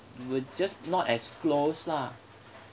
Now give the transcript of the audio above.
will just not as close lah